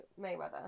Mayweather